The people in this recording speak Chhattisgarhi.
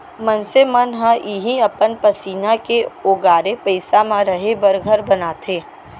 मनसे मन ह इहीं अपन पसीना के ओगारे पइसा म रहें बर घर बनाथे